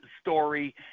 story